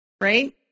Right